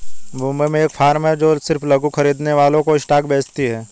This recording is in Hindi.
मुंबई में एक फार्म है जो सिर्फ लघु खरीदने वालों को स्टॉक्स बेचती है